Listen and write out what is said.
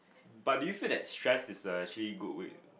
but do you feel that stress is a actually good way